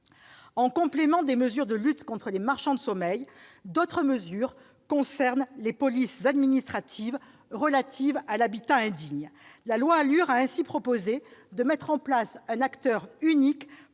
En complément des mesures de lutte contre les marchands de sommeil, d'autres mesures concernent les polices administratives relatives à l'habitat indigne. La loi ALUR a ainsi prévu de mettre en place un acteur unique